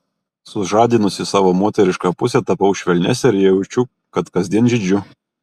sužadinusi savo moterišką pusę tapau švelnesnė ir jaučiu kad kasdien žydžiu